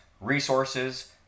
resources